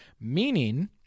meaning